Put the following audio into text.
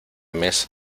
mes